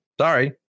Sorry